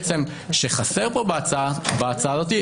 שחסר פה בהצעה הזאת,